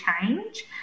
change